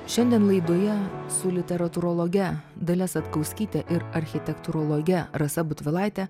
šiandien laidoje su literatūrologe dalia satkauskyte ir architektūrologe rasa butvilaite